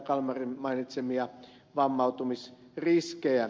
kalmarin mainitsemia vammautumisriskejä